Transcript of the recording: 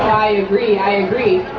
i agree, i agree.